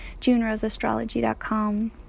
juneroseastrology.com